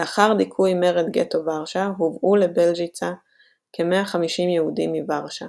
לאחר דיכוי מרד גטו ורשה הובאו לבלז'יצה כ-150 יהודים מורשה.